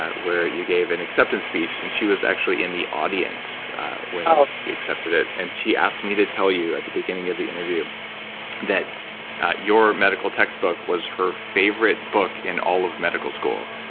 ah where you gave an acceptance speech, and she was actually in the audience when you accepted it, and she asked me to tell you at the beginning of the interview that your medical textbook was her favorite book in all of medical school.